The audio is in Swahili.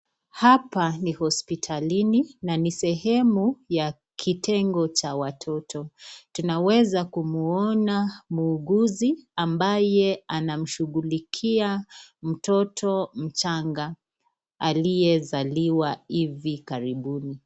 Hapa ni hospitalini na ni sehemu ya kitengo cha watoto, tunaweza kumuana muguzi, ambaye anamshugulikia mtoto mchanga aliyezaliwa hivi karibuni.